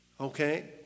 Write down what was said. okay